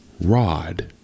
rod